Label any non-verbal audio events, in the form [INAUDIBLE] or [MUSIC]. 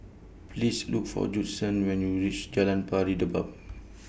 Please Look For Judson when YOU REACH Jalan Pari Dedap [NOISE]